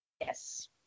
yes